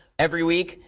every week,